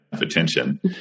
Attention